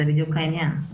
זה בדיוק העניין.